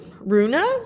Runa